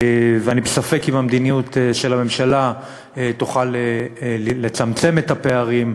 ואני בספק אם המדיניות של הממשלה תוכל לצמצם את הפערים,